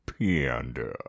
panda